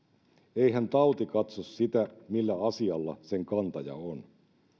eihän tauti katso sitä millä asialla sen kantaja on